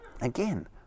Again